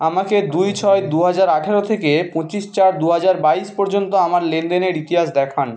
আমাকে দুই ছয় দু হাজার আঠেরো থেকে পঁচিশ চার দু হাজার বাইশ পর্যন্ত আমার লেনদেনের ইতিহাস দেখান